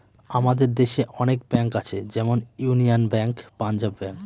আমাদের দেশে অনেক ব্যাঙ্ক আছে যেমন ইউনিয়ান ব্যাঙ্ক, পাঞ্জাব ব্যাঙ্ক